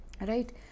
Right